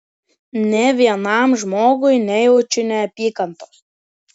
nė vienam žmogui nejaučiu neapykantos